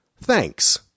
Thanks